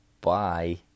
Bye